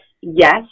yes